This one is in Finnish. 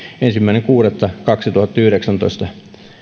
ensimmäinen kuudetta kaksituhattayhdeksäntoista